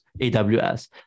AWS